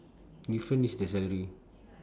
different is the salary